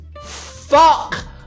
fuck